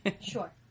Sure